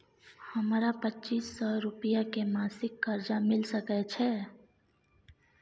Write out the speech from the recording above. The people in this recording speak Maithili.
हमरा पच्चीस सौ रुपिया के मासिक कर्जा मिल सकै छै?